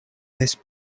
this